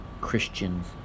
Christians